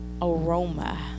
aroma